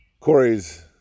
Corey's